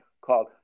called